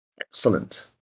Excellent